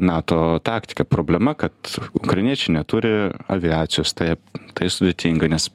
nato taktika problema kad ukrainiečiai neturi aviacijos taip tai sudėtinga nes